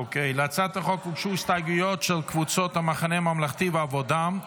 להצעת החוק הוגשו הסתייגויות של קבוצות המחנה הממלכתי והעבודה.